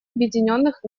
объединенных